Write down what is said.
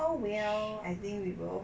oh well I think we will